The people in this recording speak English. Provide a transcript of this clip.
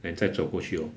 then 再走过去 lor